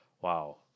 wow